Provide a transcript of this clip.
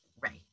right